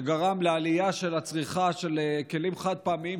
שגרם לעלייה בצריכה של כלים חד-פעמיים,